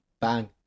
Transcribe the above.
bang